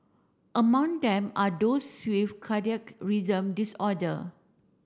among them are those with cardiac rhythm disorder